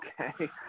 Okay